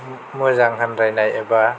मोजां होन्द्रायनाय एबा